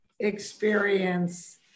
experience